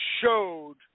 showed